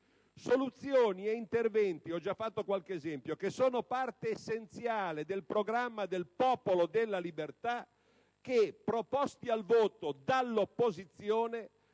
soluzioni e interventi - ho già fatto qualche esempio in proposito - che sono parte essenziale del programma del Popolo della Libertà che, proposti al voto dall'opposizione,